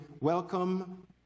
welcome